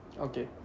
Okay